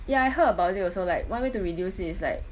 ya I heard about it also like one way to reduce it is like